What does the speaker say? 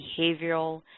behavioral